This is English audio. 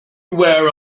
aware